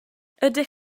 ydych